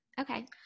Okay